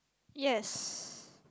yes